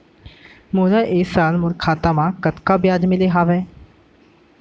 मोला ए साल मोर खाता म कतका ब्याज मिले हवये?